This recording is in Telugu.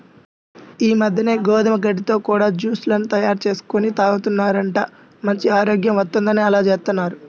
ఈ మద్దెన గోధుమ గడ్డితో కూడా జూస్ లను చేసుకొని తాగుతున్నారంట, మంచి ఆరోగ్యం వత్తందని అలా జేత్తన్నారు